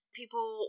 People